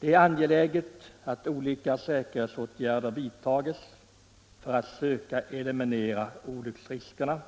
Det är angeläget att olika säkerhetsåtgärder vidtas för att söka eliminera olycksriskerna.